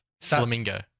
Flamingo